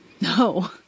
No